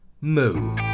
Moo